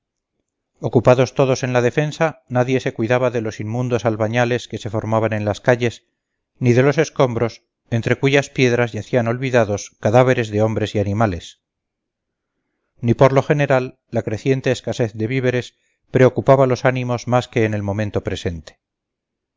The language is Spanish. ocupados todos en la defensa nadie se cuidaba de los inmundos albañales que se formaban en las calles ni de los escombros entre cuyas piedras yacían olvidados cadáveres de hombres y animales ni por lo general la creciente escasez de víveres preocupaba los ánimos más que en el momento presente